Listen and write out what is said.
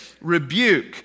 rebuke